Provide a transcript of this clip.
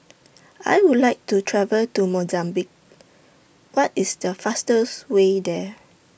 I Would like to travel to Mozambique What IS The fastest Way There